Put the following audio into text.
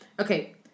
okay